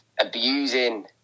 abusing